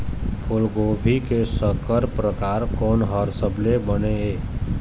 फूलगोभी के संकर परकार कोन हर सबले बने ये?